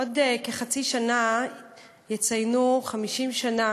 בעוד כחצי שנה יציינו 50 שנה